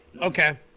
okay